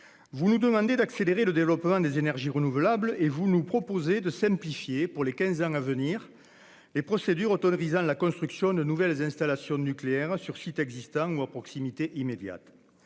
vous nous demandez d'accélérer le développement des énergies renouvelables et vous nous proposez de simplifier, pour les quinze ans à venir, les procédures d'autorisation pour la construction de nouvelles installations nucléaires sur des sites existants ou à proximité immédiate.